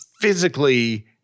physically